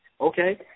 Okay